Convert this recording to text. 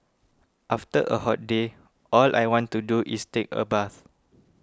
after a hot day all I want to do is take a bath